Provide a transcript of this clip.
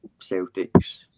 Celtics